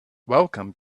welcome